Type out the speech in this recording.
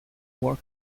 war